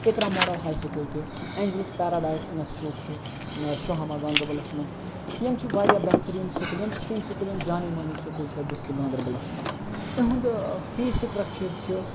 اِقرا model high school تہِ Angels Paradise institute چھُ شُہامہِ گاندَربَلَس مَنٛز یِم چھِ واریاہ بہترین سکوٗل یِم چھِ تِم سکوٗل یِم جانے مانے سکوٗل چھُ ڈِسٹرک گانٛدَربَلَس مَنٛز اِہُنٛد فی سٹرَکچرس چھِ